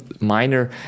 minor